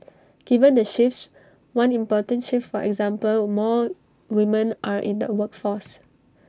given the shifts one important shift for example more women are in the workforce